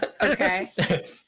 okay